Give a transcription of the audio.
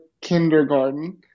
kindergarten